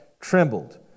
trembled